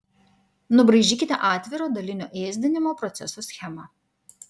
nubraižykite atviro dalinio ėsdinimo proceso schemą